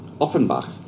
Offenbach